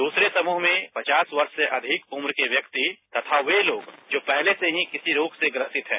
द्रसरे समूह में पचास वर्ष से अधिक उम्र के व्यक्ति तथा वे लोग जो पहले से ही किसी रोग से ग्रसित हैं